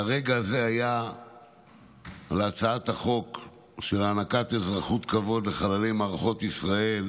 והרגע הזה היה הצעת החוק להענקת אזרחות כבוד לחללי מערכות ישראל